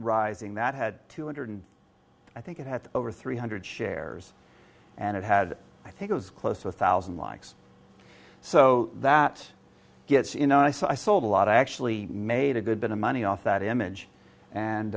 rising that had two hundred i think it had over three hundred shares and it had i think it was close with thousand likes so that gets you know i so i sold a lot actually made a good bit of money off that image and